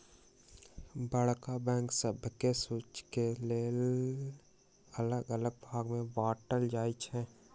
बड़का बैंक सभके सुचि के लेल अल्लग अल्लग भाग में बाटल जाइ छइ